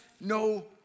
no